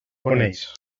coneix